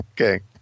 Okay